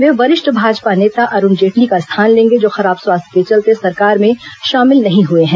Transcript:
वे वरिष्ठ भाजपा नेता अरुण जेटली का स्थान लेंगे जो खराब स्वास्थ्य के चलते सरकार में शामिल नहीं हए हैं